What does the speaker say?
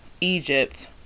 Egypt